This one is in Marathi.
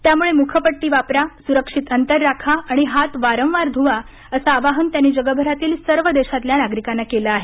त्यामुळे मुखपट्टी वापरा सुरक्षित अंतर राखा आणि हात वारंवार ध्ववा असं आवाहन त्यानी जगभरातील सर्व देशांतल्या नागरिकांना केलं आहे